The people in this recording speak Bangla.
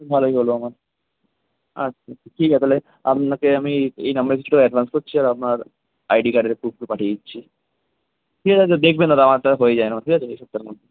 ভালোই হল আমার আচ্ছা আচ্ছা ঠিক আছে তালে আপনাকে আমি এই এই নাম্বারে কিছু টাকা অ্যাডভান্স করছি আর আপনার আইডি কাডের প্রুফটা পাঠিয়ে দিচ্ছি ঠিক আছে দেখবেন দাদা আমারটা যেন হয়ে যায় ঠিক আছে এ সপ্তাহের মধ্যে